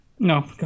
No